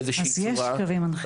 באיזו שהיא צורה --- יש קווים מנחים.